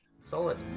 solid